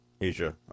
Asia